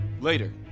Later